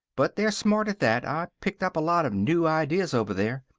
but they're smart at that. i picked up a lot of new ideas over there.